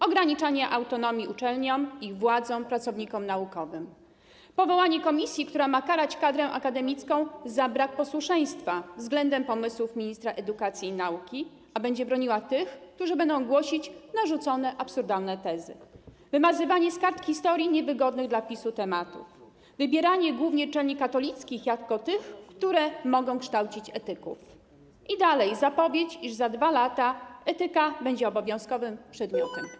Ograniczanie autonomii uczelniom, ich władzom, pracownikom naukowym, powołanie komisji, która ma karać kadrę akademicką za brak posłuszeństwa względem pomysłów ministra edukacji i nauki, a będzie broniła tych, którzy będą głosić narzucone absurdalne tezy, wymazywanie z kart historii niewygodnych dla PiS-u tematów, wybieranie głównie uczelni katolickich jako tych, które mogą kształcić etyków - i dalej - zapowiedź, iż za 2 lata etyka będzie obowiązkowym przedmiotem.